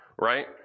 right